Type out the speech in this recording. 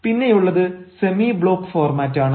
പിന്നെയുള്ളത് semi block ഫോർമാറ്റാണ്